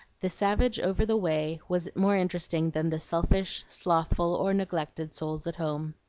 the savage over the way was more interesting than the selfish, slothful, or neglected souls at home.